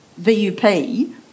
VUP